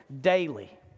Daily